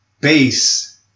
base